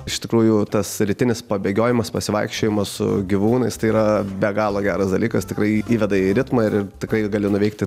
iš tikrųjų tas rytinis pabėgiojimas pasivaikščiojimas su gyvūnais tai yra be galo geras dalykas tikrai įveda į ritmą ir tikrai gali nuveikti